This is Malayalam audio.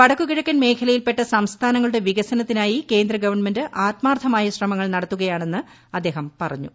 വടക്കു കിഴക്കൻ മേഖലയിൽപ്പെട്ട സംസ്ഥാനങ്ങളുടെ വികസനത്തിനായി കേന്ദ്ര ഗവൺമെന്റ് ആത്മാർത്ഥ്മായ ശ്രമങ്ങൾ നടത്തുകയാണെന്ന് അദ്ദേഹം പറഞ്ഞു